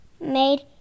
made